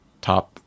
top